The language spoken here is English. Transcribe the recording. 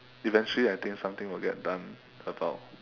eventually I think something will get done about